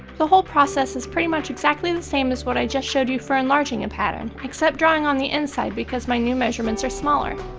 whole process is pretty much exactly the same as what i just showed you for enlarging a pattern, except drawing on the inside because my new measurements are smaller.